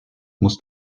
musst